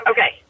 Okay